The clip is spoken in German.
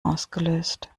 ausgelöst